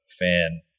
fan